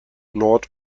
nord